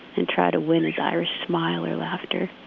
and try to win his irish smile or laughter.